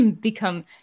become